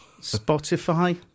Spotify